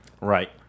Right